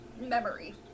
memory